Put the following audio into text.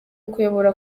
kuyobora